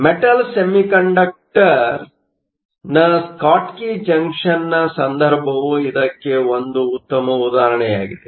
metal semiconductor semiconductorನ Schottky junction ಸಂದರ್ಭವು ಇದಕ್ಕೆ ಒಂದು ಉತ್ತಮ ಉದಾಹರಣೆಯಾಗಿದೆ